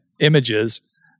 images